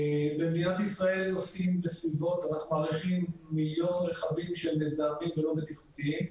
במדינת ישראל נוסעים כמיליון רכבים מזהמים ולא בטיחותיים.